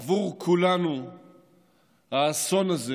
עבור כולנו האסון הזה